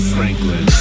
Franklin